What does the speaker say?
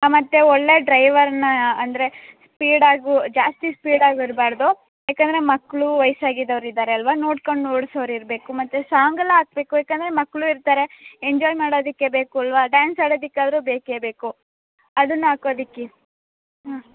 ಹಾಂ ಮತ್ತು ಒಳ್ಳೆಯ ಡ್ರೈವರನ್ನ ಅಂದರೆ ಸ್ಪೀಡಾಗೂ ಜಾಸ್ತಿ ಸ್ಪೀಡಾಗೂ ಇರಬಾರ್ದು ಏಕಂದರೆ ಮಕ್ಕಳು ವಯ್ಸು ಆಗಿದೋರು ಇದ್ದಾರೆ ಅಲ್ವಾ ನೋಡ್ಕೊಂಡು ಓಡ್ಸೋರು ಇರಬೇಕು ಮತ್ತು ಸಾಂಗ್ ಎಲ್ಲ ಹಾಕ್ಬೇಕು ಯಾಕಂದರೆ ಮಕ್ಕಳು ಇರ್ತಾರೆ ಎಂಜಾಯ್ ಮಾಡೋದಕ್ಕೆ ಬೇಕು ಅಲ್ಲವಾ ಡಾನ್ಸ್ ಆಡದಿಕ್ಕೆ ಆದರೂ ಬೇಕೇ ಬೇಕು ಅದನ್ನು ಹಾಕೋದಿಕ್ಕಿ ಹ್ಞೂ